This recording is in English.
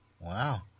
Wow